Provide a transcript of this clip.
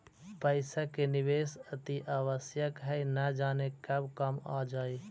पइसा के निवेश अतिआवश्यक हइ, न जाने कब काम आ जाइ